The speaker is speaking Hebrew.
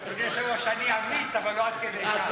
אני אמיץ, אבל לא עד כדי כך.